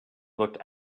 looked